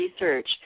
research